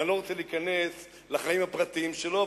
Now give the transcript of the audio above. ואני לא רוצה להיכנס לחיים הפרטיים שלו,